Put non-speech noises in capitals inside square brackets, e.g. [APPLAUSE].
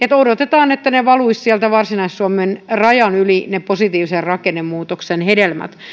[UNINTELLIGIBLE] että odotetaan että valuisivat sieltä varsinais suomen rajan yli ne positiivisen rakennemuutoksen hedelmät